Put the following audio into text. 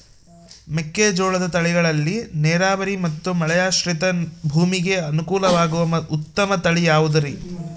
ಮೆಕ್ಕೆಜೋಳದ ತಳಿಗಳಲ್ಲಿ ನೇರಾವರಿ ಮತ್ತು ಮಳೆಯಾಶ್ರಿತ ಭೂಮಿಗೆ ಅನುಕೂಲವಾಗುವ ಉತ್ತಮ ತಳಿ ಯಾವುದುರಿ?